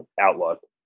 outlook